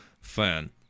fan